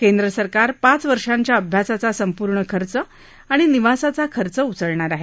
केंद्र सरकार पाच वर्षांच्या अभ्यासाचा संपूर्ण खर्च आणि निवासाचा खर्च उचलणार आहे